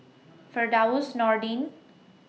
Firdaus Nordin